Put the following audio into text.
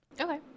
Okay